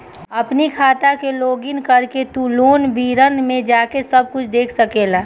अपनी खाता के लोगइन करके तू लोन विवरण में जाके सब कुछ देख सकेला